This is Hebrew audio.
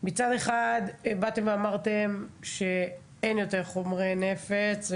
מצד אחד, באתם ואמרתם שאין יותר חומרי נפץ.